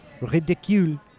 ridicule